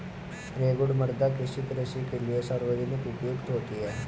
रेगुड़ मृदा किसकी कृषि के लिए सर्वाधिक उपयुक्त होती है?